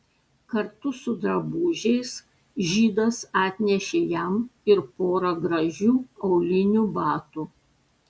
kartu su drabužiais žydas atnešė jam ir porą gražių aulinių batų